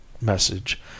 message